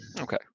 Okay